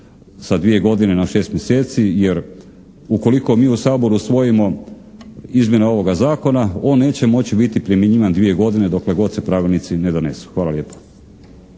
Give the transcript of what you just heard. sa dvije godine na 6 mjeseci jer ukoliko mi u Saboru usvojimo izmjene ovoga zakona, on neće moći biti primjenjivan dvije godine dokle god se pravilnici ne donesu. Hvala lijepa.